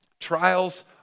Trials